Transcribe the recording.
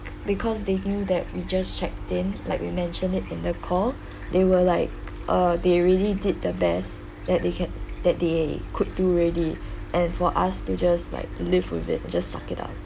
because they knew that we just checked in like we mentioned it in the call they were like uh they really did the best that they can that they could do already and for us to just like live with it just suck it up